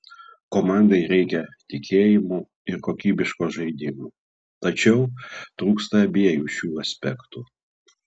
komandai reikia tikėjimo ir kokybiško žaidimo tačiau trūksta abiejų šių aspektų